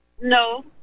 No